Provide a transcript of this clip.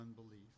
unbelief